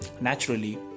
naturally